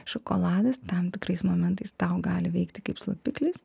šokoladas tam tikrais momentais tau gali veikti kaip slopiklis